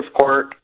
court